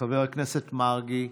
חבר הכנסת מרגי,